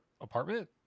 apartment